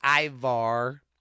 Ivar